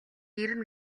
ирнэ